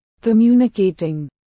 communicating